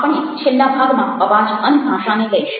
આપણે છેલ્લા ભાગમાં અવાજ અને ભાષાને લઇશું